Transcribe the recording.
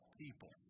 people